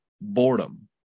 Boredom